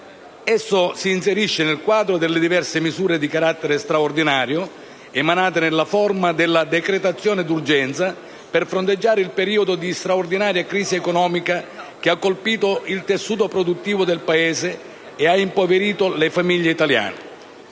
Esso si inserisce nel quadro delle diverse misure di carattere straordinario emanate nella forma della decretazione d'urgenza per fronteggiare il periodo di straordinaria crisi economica che ha colpito il tessuto produttivo del Paese ed ha impoverito le famiglie italiane.